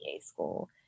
school